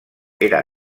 era